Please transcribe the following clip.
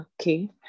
Okay